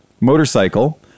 motorcycle